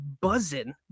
buzzing